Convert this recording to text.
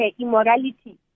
immorality